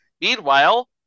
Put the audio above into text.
Meanwhile